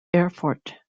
erfurt